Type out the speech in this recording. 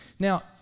Now